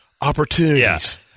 Opportunities